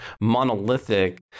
monolithic